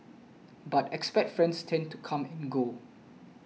but expat friends tend to come and go